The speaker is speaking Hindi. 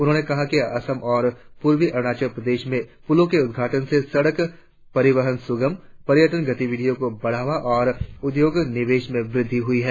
उन्होंने कहा कि असम और पूर्वी अरुणाचल प्रदेश में पुलों के उद्घाटन से सड़क परिवहन सूगम पर्यटन गतिविधियों को बढ़ावा और औद्योगिक निवेश में वृद्धि हुई है